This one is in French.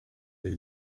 est